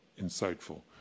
insightful